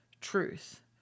truth